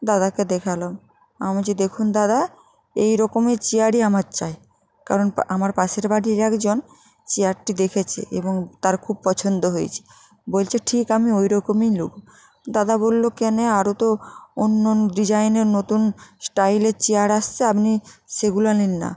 দাদাকে দেখালাম আমি বলছি দেখুন দাদা এই রকমই চেয়ারই আমার চাই কারণ আমার পাশের বাড়ির একজন চেয়ারটি দেখেছে এবং তার খুব পছন্দ হয়েছে বলছে ঠিক আমি ওই রকমই নেব দাদা বলল কেন আরো তো অন্য ডিজাইনের নতুন স্টাইলের চেয়ার আসছে আপনি সেগুলো নিন না